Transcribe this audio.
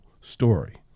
story